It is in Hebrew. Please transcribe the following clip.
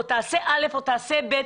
או שיעשה א' או יעשה ב',